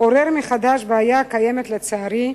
עורר מחדש בעיה הקיימת, לצערי הרב,